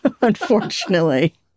unfortunately